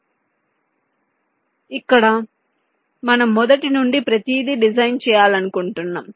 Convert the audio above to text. కాబట్టి ఇక్కడ మనం మొదటి నుండి ప్రతిదీ డిజైన్ చేయాలనుకుంటున్నాము